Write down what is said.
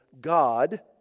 God